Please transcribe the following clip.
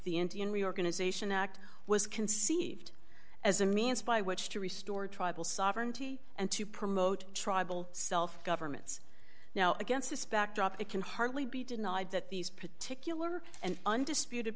the indian reorganization act was conceived as a means by which to restore tribal sovereignty and to promote tribal self governments now against this backdrop it can hardly be denied that these particular and undisputed